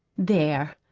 there,